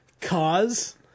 Cause